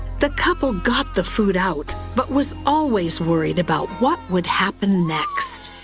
the couple got the food out, but was always worried about what would happen next.